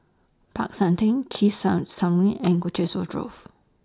Peck San Theng Chesed Son Synagogue and Colchester Grove